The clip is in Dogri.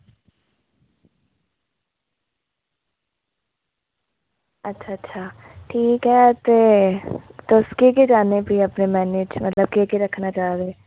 अच्छा अच्छा ठीक ऐ ते तुस केह् रक्खने अपने मेन्यू च मतलब केह् केह् रक्खना चाह्न्ने